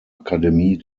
akademie